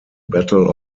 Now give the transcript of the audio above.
battle